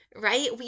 right